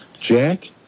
Jack